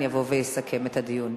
יבוא ויסכם את הדיון.